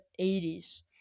80s